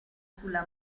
sulla